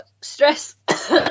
Stress